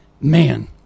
Man